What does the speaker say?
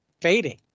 fading